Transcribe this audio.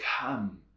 come